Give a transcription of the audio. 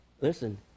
Listen